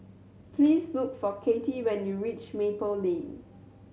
please look for Kittie when you reach Maple Lane